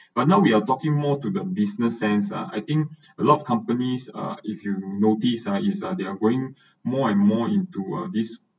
but now we are talking more to the business sense ah I think a lot of companies or if you notice ah is uh they are growing more and more into this